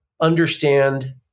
understand